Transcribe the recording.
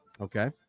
Okay